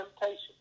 temptation